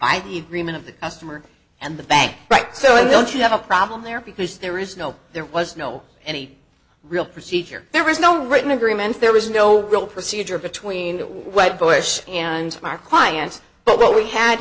of the customer and the bank right so i don't you have a problem there because there is no there was no any real procedure there was no written agreement there was no real procedure between what bush and my clients but what we had